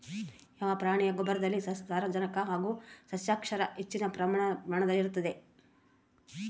ಯಾವ ಪ್ರಾಣಿಯ ಗೊಬ್ಬರದಲ್ಲಿ ಸಾರಜನಕ ಹಾಗೂ ಸಸ್ಯಕ್ಷಾರ ಹೆಚ್ಚಿನ ಪ್ರಮಾಣದಲ್ಲಿರುತ್ತದೆ?